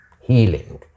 healing